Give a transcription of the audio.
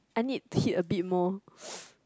I need hit a bit more